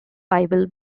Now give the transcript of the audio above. bible